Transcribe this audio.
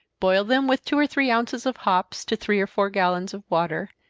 boil them with two or three ounces of hops to three or four gallons of water,